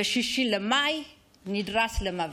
ב-6 במאי, נדרס למוות.